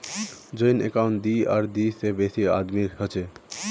joint account दी या दी से बेसी आदमीर हछेक